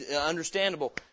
understandable